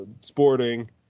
sporting